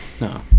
No